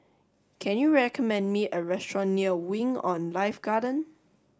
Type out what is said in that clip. can you recommend me a restaurant near Wing On Life Garden